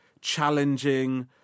challenging